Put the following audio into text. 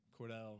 Cordell